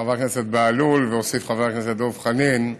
חבר הכנסת בהלול, והוסיף חבר הכנסת דב חנין,